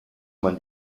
man